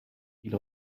ils